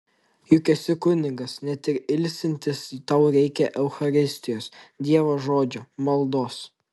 juk esi kunigas net ir ilsintis tau reikia eucharistijos dievo žodžio maldos